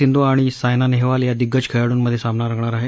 सिंधू आणि सायना नेहवाल या दिग्गज खेळाडूंमध्ये सामना रंगणार आहे